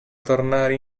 tornare